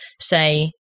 say